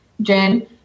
Jen